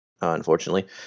unfortunately